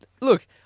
Look